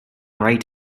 right